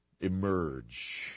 emerge